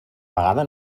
vegada